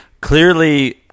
clearly